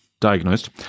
diagnosed